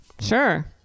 Sure